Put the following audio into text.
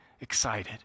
excited